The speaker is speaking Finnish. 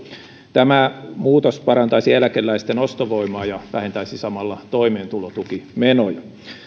tämä muutos parantaisi eläkeläisten ostovoimaa ja vähentäisi samalla toimeentulotukimenoja